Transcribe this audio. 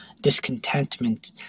discontentment